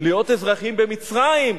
להיות אזרחים במצרים,